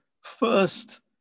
first